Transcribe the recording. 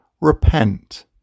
repent